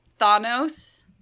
Thanos